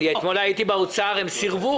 אתמול הייתי במשרד האוצר והם סירבו.